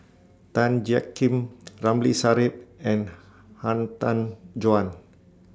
Tan Jiak Kim Ramli Sarip and Han Tan Juan